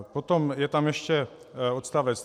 Potom je tam ještě odst.